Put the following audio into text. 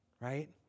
right